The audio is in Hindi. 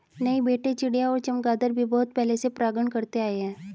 नहीं बेटे चिड़िया और चमगादर भी बहुत पहले से परागण करते आए हैं